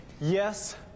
Yes